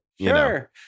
Sure